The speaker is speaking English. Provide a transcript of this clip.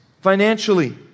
Financially